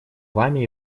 вами